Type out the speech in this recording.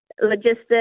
logistics